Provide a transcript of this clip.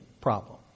problem